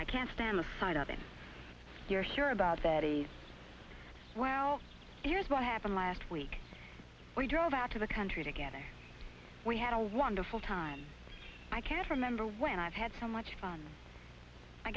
i can't stand the sight of him your story about betty well here's what happened last week we drove out to the country together we had a wonderful time i can't remember when i've had so much fun i